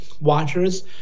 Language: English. watchers